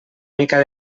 mica